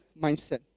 mindset